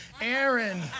Aaron